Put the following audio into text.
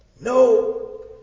No